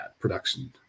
production